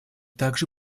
также